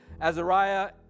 Azariah